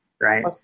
right